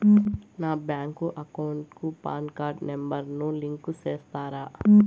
నా bank account కు PAN card number ను లింకు సేస్తారా?